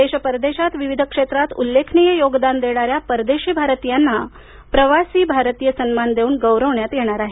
देश परदेशात विविध क्षेत्रात उल्लेखनीय योगदान देणाऱ्या परदेशी भारतीयांना प्रवासी भारतीय सन्मान देऊन गौरवण्यात येणार आहे